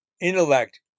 intellect